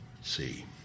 see